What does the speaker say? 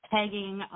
tagging